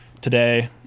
today